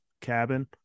cabin